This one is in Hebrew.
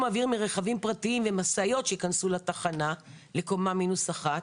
אוויר מרכבים פרטיים ומשאיות שייכנסו לתחנה לקומה מינוס אחת.